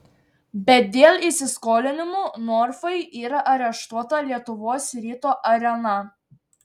bet dėl įsiskolinimų norfai yra areštuota lietuvos ryto arena